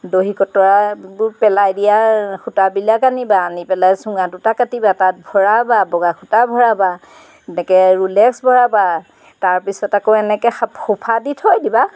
দহি কটৰাবোৰ পেলাই দিয়া সূতাবিলাক আনিবা আনি পেলাই চুঙা দুটা কাটিবা তাত ভৰাবা বগা সূতা ভৰাবা তেনেকৈ ৰুলেক্স ভৰাবা তাৰপিছত আকৌ এনেকৈ সাঁফৰ সোপা দি থৈ দিবা